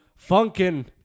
Funkin